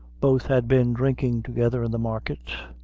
both had been drinking together in the market,